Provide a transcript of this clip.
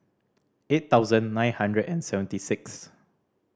eight thousand nine hundred and seventy sixth